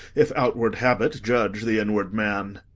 if outward habit judge the inward man.